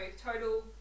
total